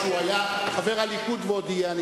שהוא היה חבר הליכוד ועוד יהיה חבר הליכוד,